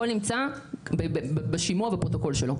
הכול נמצא בשימוע, בפרוטוקול שלו.